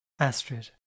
Astrid